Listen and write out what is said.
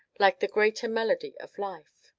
like the greater melody of life.